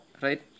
right